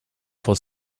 for